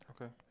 Okay